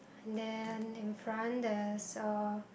and then in front there's a